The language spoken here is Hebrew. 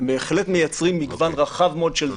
הם בהחלט מייצרים מגוון רחב מאוד של דעות.